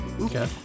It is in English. Okay